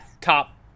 top